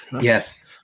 Yes